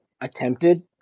attempted